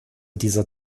dieser